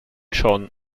schon